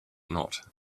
not